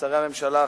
שרי הממשלה,